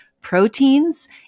proteins